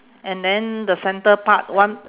and then the centre part one